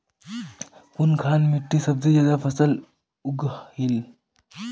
कुनखान मिट्टी सबसे ज्यादा फसल उगहिल?